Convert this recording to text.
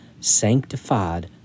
sanctified